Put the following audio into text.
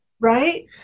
Right